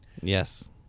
Yes